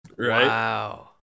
Wow